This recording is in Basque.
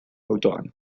autoan